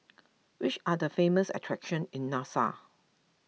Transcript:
which are the famous attractions in Nassau